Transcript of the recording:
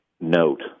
note